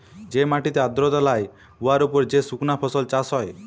যে মাটিতে আর্দ্রতা লাই উয়ার উপর যে সুকনা ফসল চাষ হ্যয়